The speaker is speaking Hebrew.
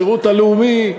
בשירות הלאומי,